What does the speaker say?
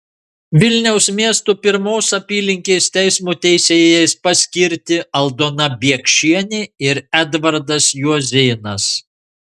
vilniaus miesto pirmos apylinkės teismo teisėjais paskirti aldona biekšienė ir edvardas juozėnas